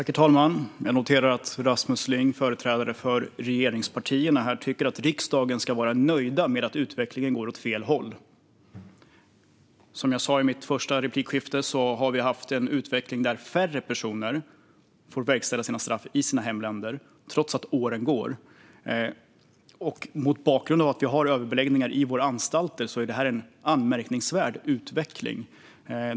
Herr talman! Jag noterar att Rasmus Ling, företrädare för regeringspartierna, tycker att vi i riksdagen ska vara nöjda med att utvecklingen går åt fel håll. Som jag sa i min första replik har vi haft en utveckling där färre personer får sina straff verkställda i sina hemländer, trots att åren går. Mot bakgrund av att vi har överbeläggning på våra anstalter är detta en anmärkningsvärd utveckling.